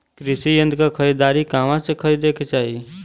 कृषि यंत्र क खरीदारी कहवा से खरीदे के चाही?